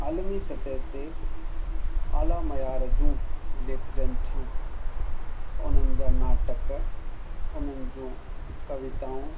आलमी सतह ते आलम मैयार ज्यूं लेखजन थियूं उन्हनि जा नाटक उन्हनि जूं कविताऊं